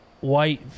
white